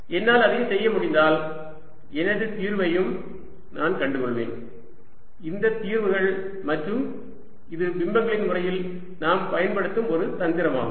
என்னால் அதைச் செய்ய முடிந்தால் எனது தீர்வையும் நான் கண்டு கொள்வேன் இந்த தீர்வுகள் மற்றும் இது பிம்பங்களின் முறையில் நாம் பயன்படுத்தும் ஒரு தந்திரமாகும்